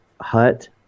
hut